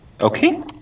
Okay